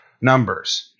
numbers